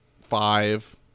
five